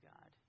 God